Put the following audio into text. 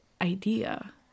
idea